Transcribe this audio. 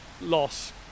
loss